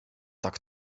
tak